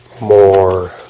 more